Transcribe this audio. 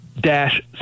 dash